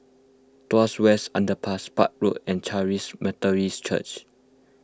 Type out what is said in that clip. Tuas West Underpass Park Road and Charis Methodist Church